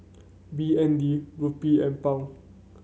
B N D Rupee and Pound